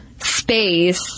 space